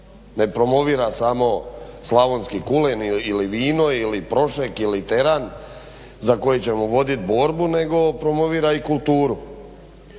ne promovira samo slavonski kulen ili vino, ili Prošek, ili Teran za koji ćemo vodit borbu, nego promovira i kulturu.